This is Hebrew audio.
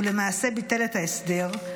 ולמעשה ביטל את ההסדר,